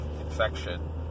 infection